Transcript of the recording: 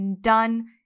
done